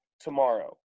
tomorrow